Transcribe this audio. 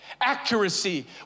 accuracy